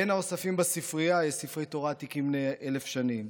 בין האוספים בספרייה יש ספרי תורה עתיקים בני 1,000 שנים,